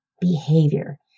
behavior